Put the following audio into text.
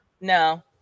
No